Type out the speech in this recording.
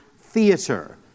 theater